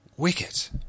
Wicket